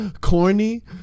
corny